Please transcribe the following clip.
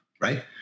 right